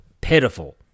pitiful